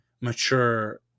mature